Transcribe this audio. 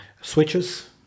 switches